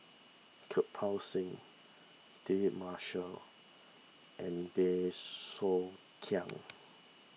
Kirpal Singh David Marshall and Bey Soo Khiang